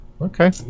Okay